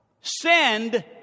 Send